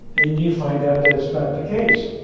then you find out that's not the case,